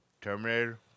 Terminator